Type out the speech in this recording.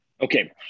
Okay